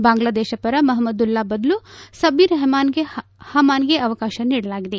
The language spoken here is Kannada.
ಬಾಂಗ್ಲಾದೇಶ ಪರ ಮಪಮದುಲ್ಲ ಬದಲು ಸಭ್ಗೀರ್ ಪಮಾನ್ಗೆ ಅವಕಾಶ ನೀಡಲಾಗಿದೆ